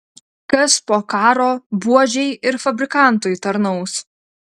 kas po karo buožei ir fabrikantui tarnaus